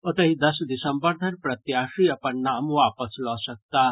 ओतहि दस दिसम्बर धरि प्रत्याशी अपन नाम वापस लऽ सकताह